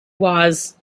was